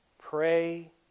Pray